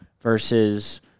versus